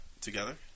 together